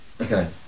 Okay